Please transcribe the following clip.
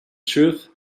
truth